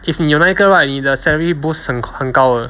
if 你有那一个 right 你的 salary boosts 很高的